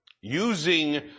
Using